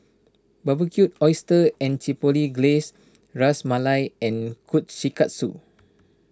Barbecued Oysters with Chipotle Glaze Ras Malai and Kushikatsu